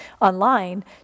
online